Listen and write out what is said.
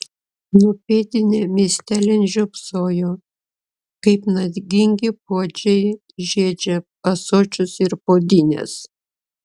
nupėdinę miestelin žiopsojo kaip nagingi puodžiai žiedžia ąsočius ir puodynes